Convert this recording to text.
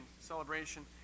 celebration